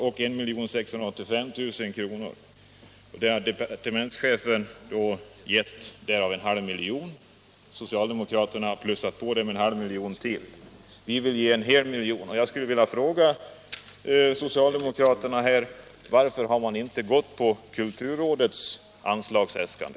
och 1 685 000 kr. Departementschefen har föreslagit 500 000 kr. och socialdemokraterna har plussat på med 500 000 kr. Vi vill alltså ge 1 milj.kr. Jag skulle vilja fråga socialdemokraterna varför de inte har gått på kulturrådets anslagsäskande.